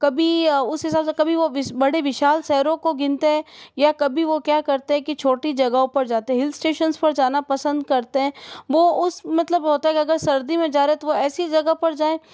कभी उस हिसाब से कभी वो बड़े विशाल शहरों को गिनते हैं या कभी वो क्या करते हैं कि छोटी जगहों पर जाते हिल स्टेशंस पर जाना पसंद करते हैं वो उस मतलब होता है की अगर सर्दी में जाए तो ऐसी जगह पर जाए